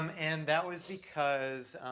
um and that was because,